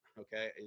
okay